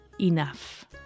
enough